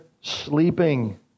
sleeping